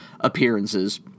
appearances